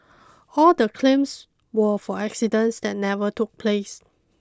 all the claims were for accidents that never took place